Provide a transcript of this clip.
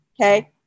Okay